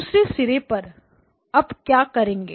दूसरे सिरे पर अब क्या करेंगे